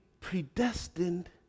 predestined